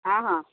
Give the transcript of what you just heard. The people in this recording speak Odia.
ହଁ ହଁ